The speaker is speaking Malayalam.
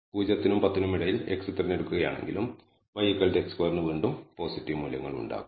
0 നും 10 നും ഇടയിൽ x തിരഞ്ഞെടുക്കുകയാണെങ്കിലും y x2 ന് വീണ്ടും പോസിറ്റീവ് മൂല്യങ്ങൾ ഉണ്ടാകും